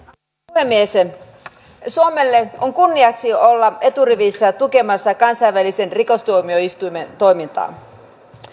puhemies suomelle on kunniaksi olla eturivissä tukemassa kansainvälisen rikostuomioistuimen toimintaa